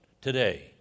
today